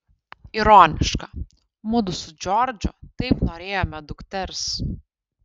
ironiška mudu su džordžu taip norėjome dukters